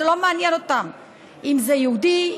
לא מעניין אותם אם זה יהודי,